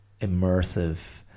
immersive